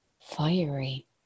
fiery